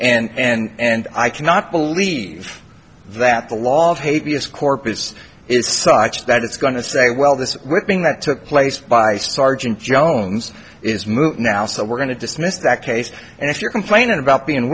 o'clock and i cannot believe that the law tavi as corpus is such that it's going to say well this whipping that took place by sergeant jones is moot now so we're going to dismiss that case and if you're complaining about being